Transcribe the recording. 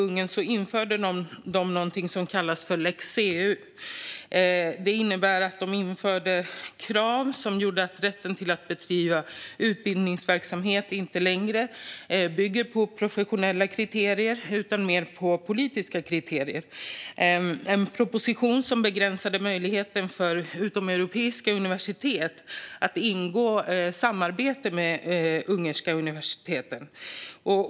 Ungern har infört någonting som kallas för Lex CEU, krav som innebar att rätten att bedriva utbildningsverksamhet inte längre bygger på professionella kriterier utan mer på politiska kriterier. Propositionen begränsar möjligheten för utomeuropeiska universitet att ingå samarbete med ungerska universitet.